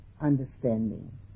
understanding